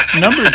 Number